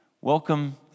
Welcome